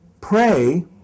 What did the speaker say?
pray